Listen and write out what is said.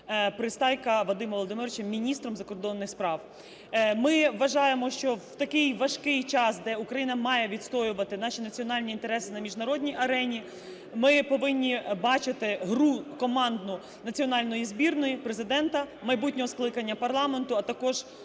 Пристайка Вадима Володимировича міністром закордонних справ. Ми вважаємо, що в такий важкий час, де Україна має відстоювати наші національні інтереси на міжнародній арені, ми повинні бачити гру командну національної збірної: Президента, майбутнього скликання парламенту, а також